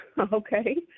okay